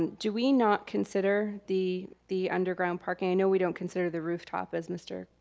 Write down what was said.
and do we not consider the the underground parking, i know we don't consider the rooftop as mr.